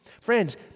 Friends